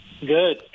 Good